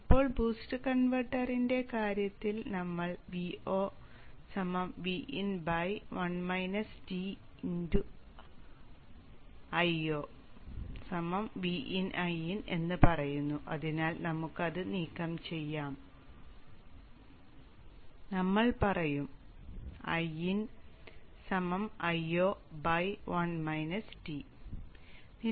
ഇപ്പോൾ BOOST കൺവെർട്ടറിന്റെ കാര്യത്തിൽ നമ്മൾ Vo Vin Io Vin Iin എന്ന് പറയുന്നു അതിനാൽ നമുക്ക് ഇത് നീക്കം ചെയ്യാം നമ്മൾ പറയും Iin Io